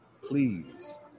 please